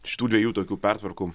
šitų dviejų tokių pertvarkų